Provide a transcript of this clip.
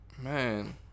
Man